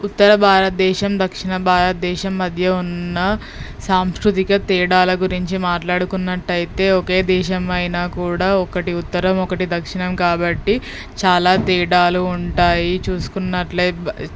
ఉత్తర భారతదేశం దక్షిణ భారతదేశం మధ్య ఉన్న సాంస్కృతిక తేడాల గురించి మాట్లాడుకున్నటైతే ఒకే దేశమైనా కూడా ఒకటి ఉత్తరం ఒకటి దక్షిణం కాబట్టి చాలా తేడాలు ఉంటాయి చూసుకునట్లైతే